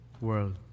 world